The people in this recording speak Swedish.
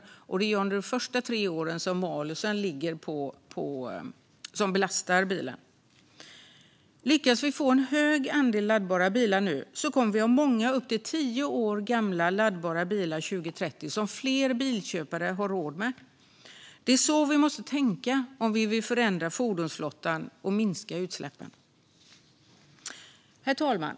Det är under de första tre åren som malusen belastar bilen. Lyckas vi få en hög andel laddbara bilar nu kommer vi att ha många upp till tio år gamla laddbara bilar 2030 som fler bilköpare har råd med. Det är så vi måste tänka om vi vill förändra fordonsflottan och minska utsläppen. Herr talman!